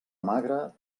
magre